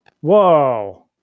Whoa